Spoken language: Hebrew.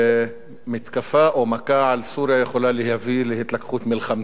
שמתקפה או מכה על סוריה יכולה להביא להתלקחות מלחמתית.